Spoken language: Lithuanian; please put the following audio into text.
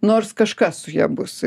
nors kažkas su ja bus